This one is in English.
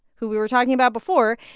who we were talking about before,